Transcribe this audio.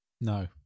No